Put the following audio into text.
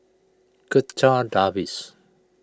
Checha Davies